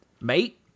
Mate